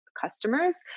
customers